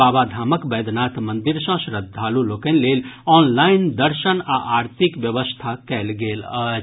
बाबाधामक वैद्यनाथ मंदिर सँ श्रद्धालु लोकनि लेल ऑनलाइन दर्शन आ आरतीक व्यवस्था कयल गेल अछि